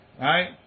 Right